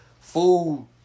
food